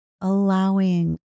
allowing